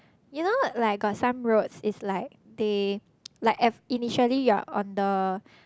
you know like got some roads it's like they like F initially you are on the